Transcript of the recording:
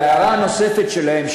והערה נוספת שלהם,